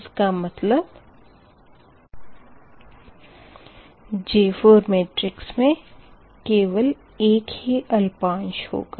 इसका मतलब J4 matrix मे केवल एक ही अल्पांश होगा